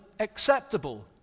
acceptable